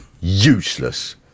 useless